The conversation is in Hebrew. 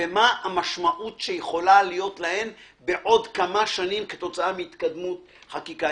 ומה המשמעות שיכולה להיות להם בעוד כמה שנים כתוצאה מהתקדמות חקיקה.